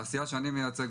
התעשייה שאני מייצג,